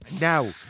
Now